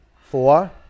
Four